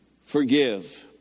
forgive